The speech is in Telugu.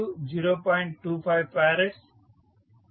5H